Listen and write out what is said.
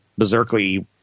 berserkly